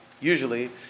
usually